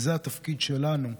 וזה התפקיד שלנו,